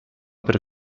per